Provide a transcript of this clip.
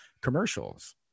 commercials